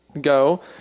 go